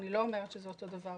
אני לא אומרת שזה אותו דבר,